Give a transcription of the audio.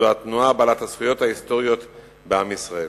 זו התנועה בעלת הזכויות ההיסטוריות בעם ישראל.